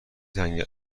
تنگ